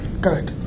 Correct